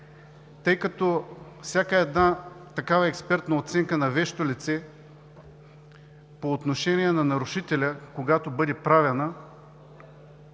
тъй като всяка една експертна оценка на вещо лице по отношение на нарушителя, когато бъде правена,